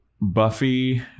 Buffy